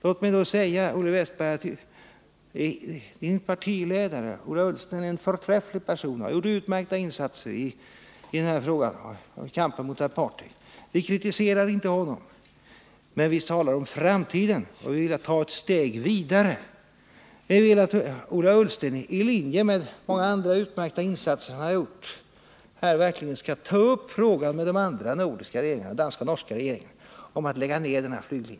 Låt mig då säga till Olle Wästberg att hans partiledare Ola Ullsten, en förträfflig person, har gjort utmärkta insatser mot apartheid. Vi kritiserar inte honom. Men vi talar om framtiden, och vi vill ta ett steg vidare. Vi vill att Ola Ullsten, i linje med många andra utmärkta insatser som han har gjort, verkligen skall ta upp frågan med de danska och norska regeringarna om att lägga ned denna flyglinje.